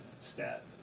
stat